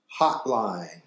Hotline